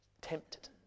tempted